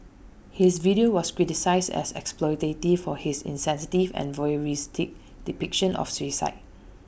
his video was criticised as exploitative for his insensitive and voyeuristic depiction of suicide